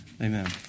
Amen